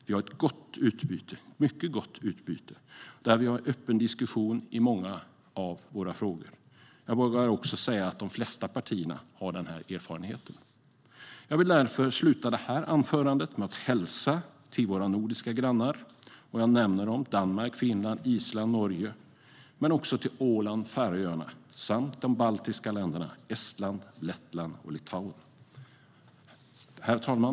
Vi har ett mycket gott utbyte med en öppen diskussion i många frågor. Jag vågar också säga att de flesta partier har denna erfarenhet. Jag vill därför avsluta detta anförande med att hälsa till våra nordiska grannar Danmark, Finland, Island och Norge. Jag vill också rikta en hälsning till Åland och Färöarna samt de baltiska länderna Estland, Lettland och Litauen.